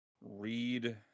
Read